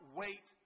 wait